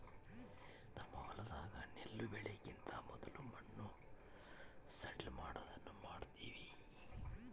ನಮ್ಮ ಹೊಲದಾಗ ನೆಲ್ಲು ಬೆಳೆಕಿಂತ ಮೊದ್ಲು ಮಣ್ಣು ಸಡ್ಲಮಾಡೊದನ್ನ ಮಾಡ್ತವಿ